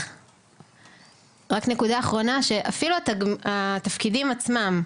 רק נקודה אחרונה, שאפילו התפקידים עצמם,